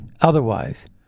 otherwise